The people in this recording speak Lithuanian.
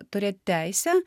turėt teisę